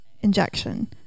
injection